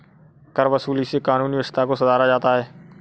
करवसूली से कानूनी व्यवस्था को सुधारा जाता है